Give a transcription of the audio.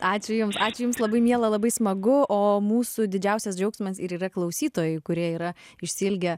ačiū jums ačiū jums labai miela labai smagu o mūsų didžiausias džiaugsmas ir yra klausytojai kurie yra išsiilgę